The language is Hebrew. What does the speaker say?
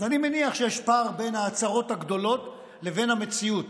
אז אני מניח שיש פער בין ההצהרות הגדולות לבין המציאות,